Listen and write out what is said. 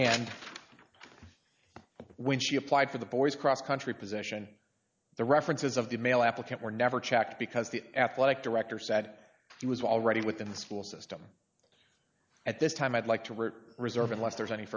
and when she applied for the boy's cross country position the references of the male applicant were never checked because the athletic director sat he was already within the school system at this time i'd like to hurt reserve unless there's any